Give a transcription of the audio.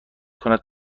کند